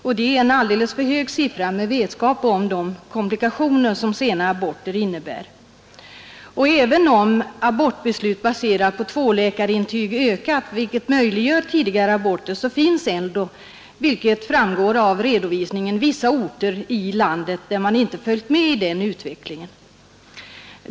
Med vetskap om de komplikationer som sena aborter innebär är det en alldeles för hög siffra. Trots att antalet abortbeslut baserade på tvåläkarintyg har ökat, vilket möjliggör tidigare aborter, finns det ändå, framgår det av redovisningen, vissa orter i landet där man inte har följt med i den utvecklingen.